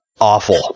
awful